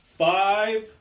Five